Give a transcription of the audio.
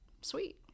sweet